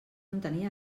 entenia